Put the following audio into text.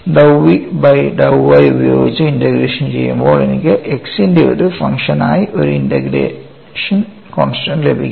dou v by dou y ഉപയോഗിച്ച് integration ചെയ്യുമ്പോൾ എനിക്ക് x ൻറെ ഒരു ഫംഗ്ഷനായി ഒരു ഇന്റഗ്രേഷൻ കോൺസ്റ്റൻസ് ലഭിക്കും